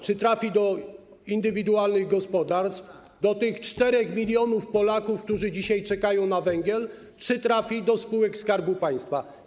Czy trafi do indywidualnych gospodarstwach, do tych 4 mln Polaków, którzy dzisiaj czekają na węgiel, czy trafi do spółek Skarbu Państwa?